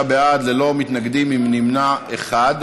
29 בעד, ללא מתנגדים, עם נמנע אחד.